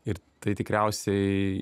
ir tai tikriausiai